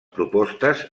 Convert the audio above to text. propostes